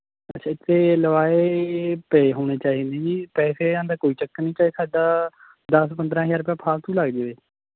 ਅੱਛਾ ਅਤੇ ਅਲੋਏ ਪਏ ਹੋਣੇ ਚਾਹੀਦੇ ਜੀ ਪੈਸਿਆਂ ਦਾ ਕੋਈ ਚੱਕਰ ਨਹੀਂ ਚਾਹੇ ਸਾਡਾ ਦਸ ਪੰਦਰਾਂ ਹਜ਼ਾਰ ਰੁਪਿਆ ਫਾਲਤੂ ਲੱਗ ਜਾਵੇ